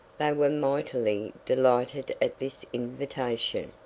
they were mightily delighted at this invitation,